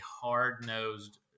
hard-nosed